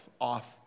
off